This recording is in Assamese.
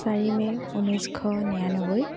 চাৰি মে' ঊনৈছশ নিৰান্নবৈ